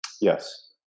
Yes